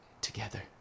together